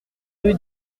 rue